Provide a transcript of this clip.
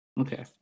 Okay